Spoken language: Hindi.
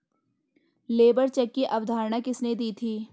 लेबर चेक की अवधारणा किसने दी थी?